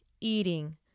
eating